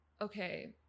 Okay